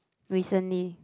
recently